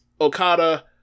Okada